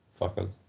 Fuckers